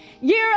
year